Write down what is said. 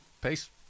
Peace